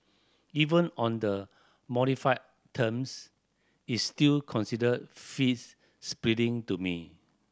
even on the modified terms it's still considered fees splitting to me